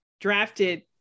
drafted